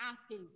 asking